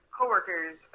coworkers